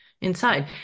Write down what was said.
inside